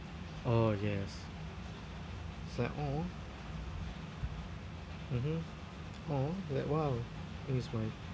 oh yes it's like !aww! mmhmm !aww! like !wow! I miss my